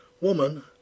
Woman